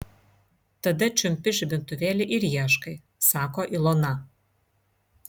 tada čiumpi žibintuvėlį ir ieškai sako ilona